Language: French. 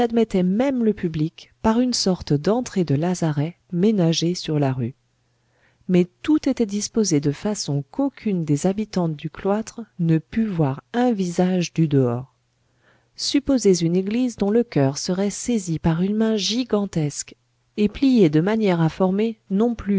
admettait même le public par une sorte d'entrée de lazaret ménagée sur la rue mais tout était disposé de façon qu'aucune des habitantes du cloître ne pût voir un visage du dehors supposez une église dont le choeur serait saisi par une main gigantesque et plié de manière à former non plus